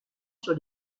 sur